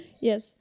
Yes